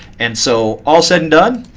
and so all said and done,